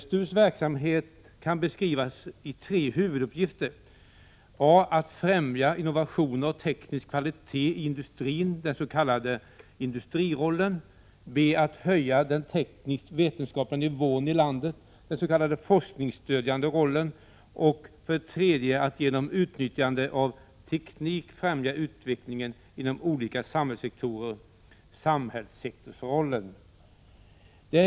STU:s verksamhet kan beskrivas i tre huvuduppgifter: a. Att främja innovationer och teknisk kvalitet i industrin, den s.k. industrirollen. b. Att höja den teknisk-vetenskapliga nivån i landet, den s.k. forskningsstödjande rollen. c. Att genom utnyttjande av teknik främja utvecklingen inom olika samhällssektorer, den s.k. samhällssektorsrollen.